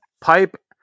pipe